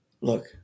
Look